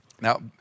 Now